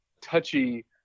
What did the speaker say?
touchy